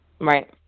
right